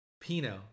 Pinot